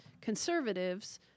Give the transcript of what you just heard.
conservatives